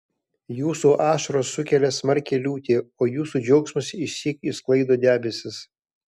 jūsų ašaros sukelia smarkią liūtį o jūsų džiaugsmas išsyk išsklaido debesis